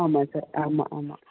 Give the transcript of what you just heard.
ஆமாம் சார் ஆமாம் ஆமாம்